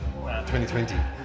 2020